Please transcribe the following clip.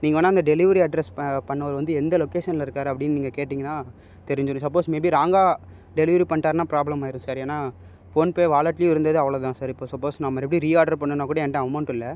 நீங்கள் வேணா அந்த டெலிவரி அட்ரஸ் ப பண்ணவர் வந்து எந்த லொக்கேஷனில் இருக்கார் அப்படின் நீங்கள் கேட்டிங்கன்னா தெரிஞ்சிரும் சப்போஸ் மே பி ராங்காக டெலிவரி பண்ணிட்டாருன்னா ப்ராப்ளம் ஆயிரும் சார் ஏன்னா ஃபோன்பே வாலெட்லயும் இருந்தது அவ்வளோதான் சார் இப்போ சப்போஸ் நான் மறுபடியும் ரீஆர்டர் பண்ணுனா கூடையும் என்ட்ட அமௌண்ட்டு இல்லை